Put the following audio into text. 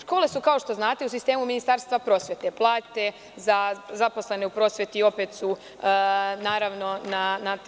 Škole su, kao što znate, u sistemu Ministarstva prosvete, plate za zaposlene u prosveti opet su na